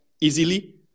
easily